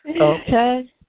Okay